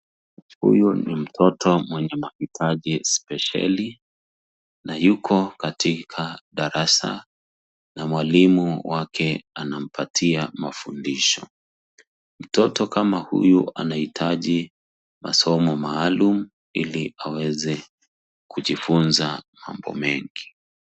Huyu ni mtoto mwenye mahitaji spesheli, na yuko katika darasa, na mwalimu wake anampatia mafundisho. Mtoto kama huyu anahitaji masomo maalum, ili aweze kujifunza mambo mengi.